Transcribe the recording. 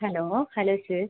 hello hello sir